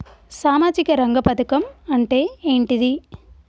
సామాజిక రంగ పథకం అంటే ఏంటిది?